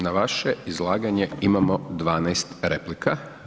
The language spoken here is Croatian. Na vaše izlaganje imamo 12 replika.